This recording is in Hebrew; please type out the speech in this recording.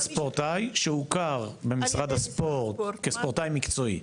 ספורטאי שהוכר במשרד הספורט כספורטאי מקצועי.